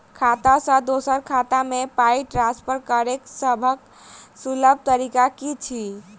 खाता सँ दोसर खाता मे पाई ट्रान्सफर करैक सभसँ सुलभ तरीका की छी?